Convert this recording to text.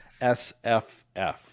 SFF